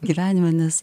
gyvenime nes